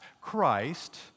Christ